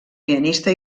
pianista